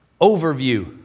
overview